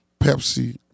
Pepsi